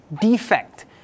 defect